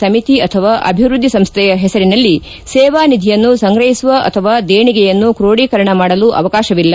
ಸಮಿತಿ ಅಥವಾ ಅಭಿವೃದ್ದಿ ಸಂಸ್ಥೆಯ ಹೆಸರಿನಲ್ಲಿ ಸೇವಾ ನಿಧಿಯನ್ನು ಸಂಗ್ರಹಿಸುವ ಅಥವಾ ದೇಣಿಗೆಯನ್ನು ಕೋಢೀಕರಣ ಮಾಡಲು ಅವಕಾಶವಿಲ್ಲ